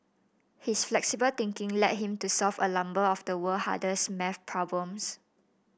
his flexible thinking led him to solve a number of the world hardest maths problems